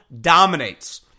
dominates